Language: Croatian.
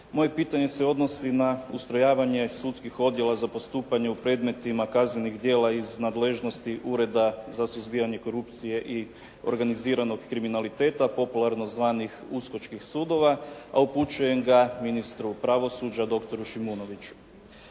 Moje pitanje se odnosi na ustrojavanje sudskih odjela za postupanje u predmetima kaznenih djela iz nadležnosti Ureda za suzbijanje korupcije i organiziranog kriminaliteta, popularno zvanih "USKOK-čkih sudova" a upućujem ga ministru pravosuđa, dr. Šimonoviću.